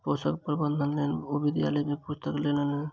पोषक प्रबंधनक लेल ओ विद्यालय सॅ पुस्तक लय लेलैन